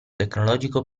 tecnologico